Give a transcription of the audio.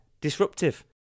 disruptive